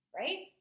right